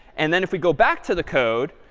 and then if we go back to the code,